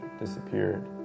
disappeared